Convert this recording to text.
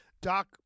doc